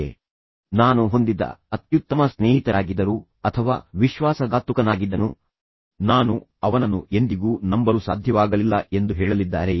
ಅವರು ನಾನು ಹೊಂದಿದ್ದ ಅತ್ಯುತ್ತಮ ಸ್ನೇಹಿತರಾಗಿದ್ದರು ಅಥವಾ ವಿಶ್ವಾಸಘಾತುಕನಾಗಿದ್ದನು ನಾನು ಅವನನ್ನು ಎಂದಿಗೂ ನಂಬಲು ಸಾಧ್ಯವಾಗಲಿಲ್ಲ ಅವರು ಅದನ್ನು ಹೇಳಲಿದ್ದಾರೆಯೇ